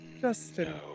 Justin